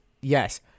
Yes